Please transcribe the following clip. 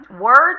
words